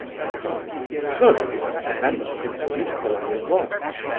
he cried surely you must remember prince nicolai lvovitch?